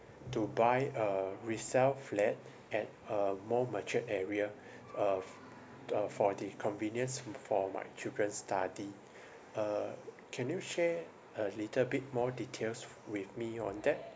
to buy a resale flat at a more matured area uh f~ the for the convenience for my children study uh can you share a little bit more details f~ with me on that